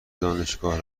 دانشگاه